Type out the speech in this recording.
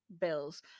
bills